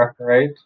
right